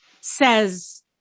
says